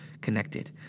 connected